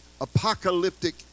apocalyptic